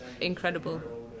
incredible